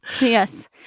Yes